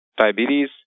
diabetes